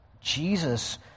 Jesus